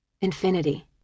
Infinity